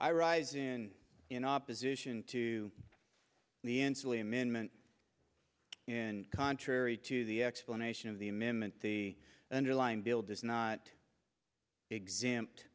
rise in opposition to the ensley amendment and contrary to the explanation of the amendment the underlying bill does not exempt